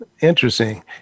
Interesting